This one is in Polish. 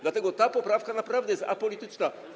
Dlatego ta poprawka naprawdę jest apolityczna.